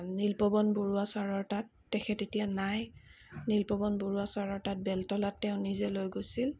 নীলপৱন বৰুৱা ছাৰৰ তাত তেখেত এতিয়া নাই নীলপৱন বৰুৱা ছাৰৰ তাত বেলতলাত তেওঁ নিজে লৈ গৈছিল